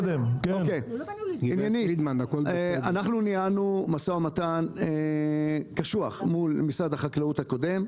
אנחנו ניהלנו משא ומתן קשוח מול משרד החקלאות הקודם.